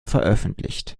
veröffentlicht